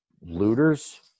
looters